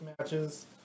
matches